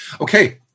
Okay